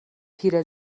پیره